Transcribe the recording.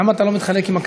למה אתה לא מתחלק בקרדיט?